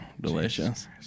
Delicious